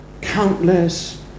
Countless